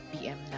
PM